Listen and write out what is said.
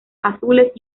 azules